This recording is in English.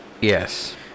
Yes